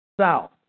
South